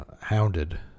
hounded